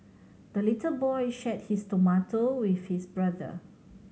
the little boy shared his tomato with his brother